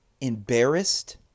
Embarrassed